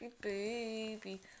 baby